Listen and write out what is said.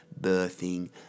birthing